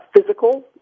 physical